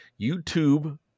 YouTube